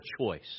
choice